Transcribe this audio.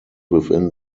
within